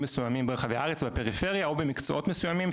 מסוימים ברחבי הארץ בפריפריה או במקצועות מסוימים,